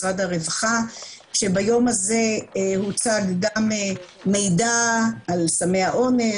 משרד הרווחה שביום הזה הוצע גם מידע על סמי האונס,